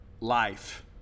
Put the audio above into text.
life